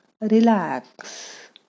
Relax